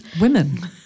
Women